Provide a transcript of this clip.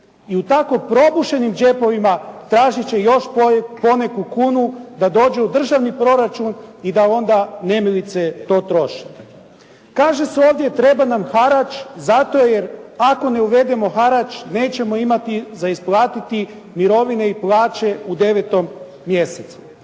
i u tako probušenim džepovima tražit će još poneku kunu da dođe u državni proračun i da onda nemilice to troši. Kaže se ovdje, treba nam harač zato jer ako ne uvedemo harač nećemo imati za isplatiti mirovine i plaće u 9. mjesecu.